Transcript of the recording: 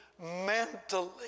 Mentally